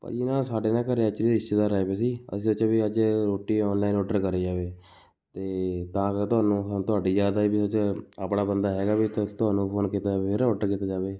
ਭਾਅ ਜੀ ਨਾ ਸਾਡੇ ਨਾ ਘਰੇ ਐਕਚੁਅਲੀ ਰਿਸ਼ਤੇਦਾਰ ਆਏ ਵੇ ਸੀ ਅਸੀਂ ਸੋਚਿਆ ਵੀ ਅੱਜ ਰੋਟੀ ਔਨਲਾਇਨ ਔਡਰ ਕਰੀ ਜਾਵੇ ਅਤੇ ਤਾਂ ਕਰ ਤੁਹਾਨੂੰ ਹ ਤੁਹਾਡੀ ਯਾਦ ਆਈ ਵੀ ਅਸੀਂ ਸੋਚਿਆ ਆਪਣਾ ਬੰਦਾ ਹੈਗਾ ਵੀ ਉੱਥੇ ਤੁਹਾਨੂੰ ਫ਼ੋਨ ਕੀਤਾ ਜਾਵੇ ਫਿਰ ਔਡਰ ਕੀਤਾ ਜਾਵੇ